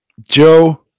Joe